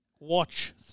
Watch